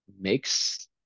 makes